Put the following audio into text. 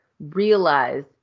realize